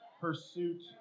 pursuit